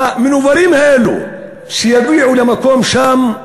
המנוולים האלה, שהגיעו למקום שם.